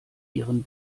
ihren